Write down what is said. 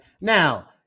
now